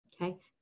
okay